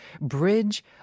Bridge